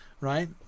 right